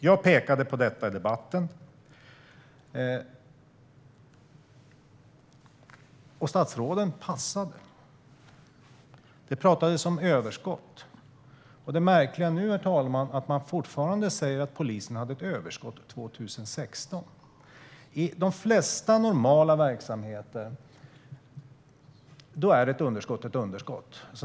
Jag pekade på detta i debatten, men statsråden passade. Det pratades om överskott. Det märkliga, herr talman, är att man fortfarande säger att polisen hade ett överskott 2016. I de flesta normala verksamheter är ett underskott ett underskott.